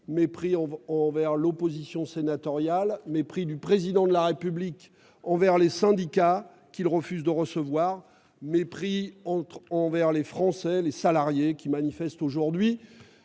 mépris envers l'opposition sénatoriale, mépris du Président de la République envers les syndicats, qu'il refuse de recevoir, mépris envers les Français et les salariés qui manifestent aujourd'hui.